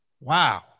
Wow